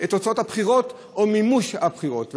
תוצאות הבחירות, או מימוש הבחירות.